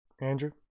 Andrew